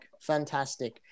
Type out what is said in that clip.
Fantastic